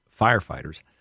firefighters